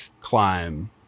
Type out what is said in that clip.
climb